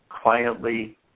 quietly